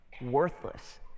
worthless